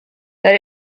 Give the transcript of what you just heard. that